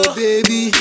baby